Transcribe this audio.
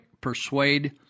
persuade